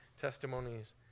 testimonies